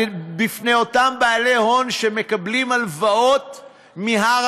מפני אותם בעלי הון שמקבלים הלוואות מהר